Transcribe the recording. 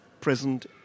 present